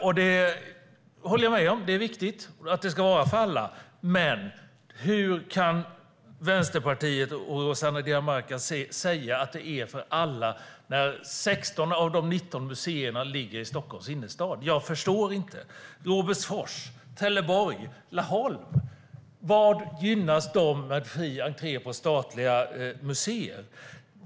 Jag håller med om att det är viktigt att det ska vara för alla, men hur kan Vänsterpartiet och Rossana Dinamarca säga att det är för alla när 16 av de 19 museerna ligger i Stockholms innerstad? Jag förstår inte. Robertsfors, Trelleborg och Laholm - hur gynnas de av fri entré på statliga museer?